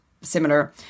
similar